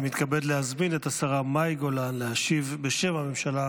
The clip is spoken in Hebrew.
אני מתכבד להזמין את השרה מאי גולן להשיב בשם הממשלה